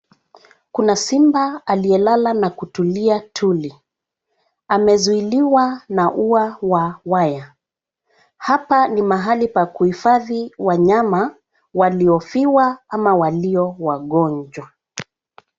Kuna simba aliyelala na kutulia tuli. Amezuiliwa na ua wa waya. Hapa ni mahali pa kuhifadhi wanyama waliofiwa ama walio wagonjwa.